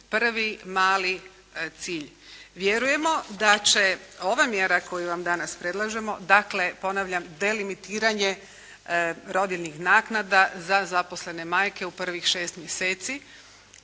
prvi mali cilj. Vjerujemo da će ova mjera koju vam danas predlažemo, dakle ponavljam delimitiranje rodiljnih naknada za zaposlene majke u prvih šest mjeseci.